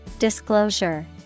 Disclosure